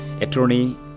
attorney